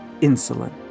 insulin